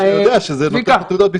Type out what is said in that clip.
מי שיודע שזה נותן לו תעודת ביטוח.